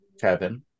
Kevin